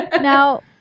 Now